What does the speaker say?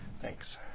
Thanks